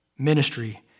ministry